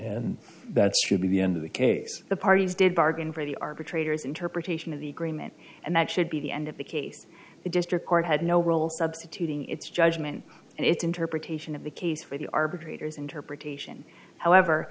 and that should be the end of the case the parties did bargain for the arbitrators interpretation of the agreement and that should be the end of the case the district court had no role substituting its judgment and its interpretation of the case for the arbitrator's interpretation however